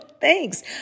Thanks